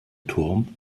turm